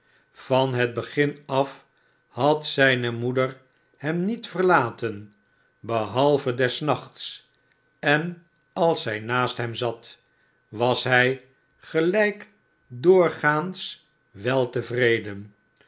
van het begin af had zijne moeder hem niet verlaten behalve les nachts en als zij naast hem zat was hij gelijk doorgaans weltevreden